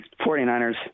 49ers